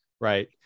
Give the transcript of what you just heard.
right